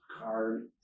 Card